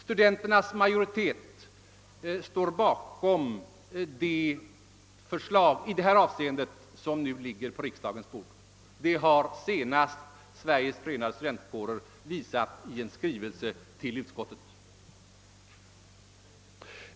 Studenternas majoritet står bakom det förslag i detta avseende som nu ligger på riksdagens bord. Det har senast Sveriges förenade studentkårer visat i en skrivelse till utskottet.